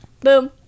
Boom